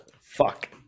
Fuck